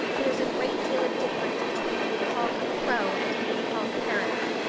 there's a great deal of difference between being called a crow and being called carrots,